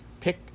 pick